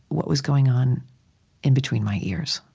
what was going on in between my ears.